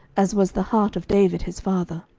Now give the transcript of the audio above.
as was the heart of david his father.